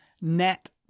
net